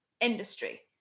industry